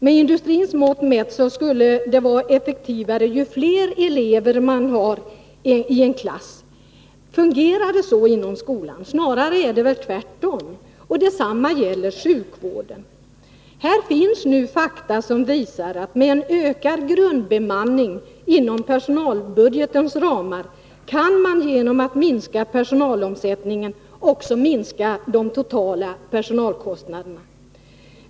Med industrins mått mätt skulle det vara effektivare ju fler elever man har i en klass. Fungerar det så inom skolan? Snarare är det väl tvärtom. Detsamma gäller sjukvården. Fakta visar att med en ökad grundbemanning inom personalbudgetens ramar kan man genom att minska personalomsättningen också minska de totala personalkostnaderna.